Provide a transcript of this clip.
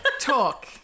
Talk